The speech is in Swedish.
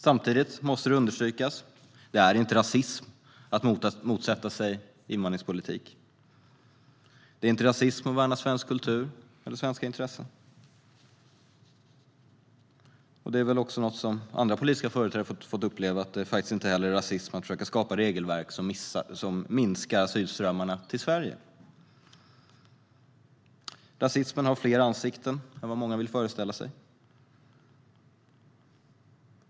Samtidigt måste det understrykas att det inte är rasism att motsätta sig invandringspolitik. Det är inte rasism att värna svensk kultur eller svenska intressen. Och något som också andra politiska företrädare har fått uppleva är väl att det faktiskt inte heller är rasism att försöka skapa regelverk som minskar asylströmmarna till Sverige. Rasismen har fler ansikten än vad många vill föreställa sig.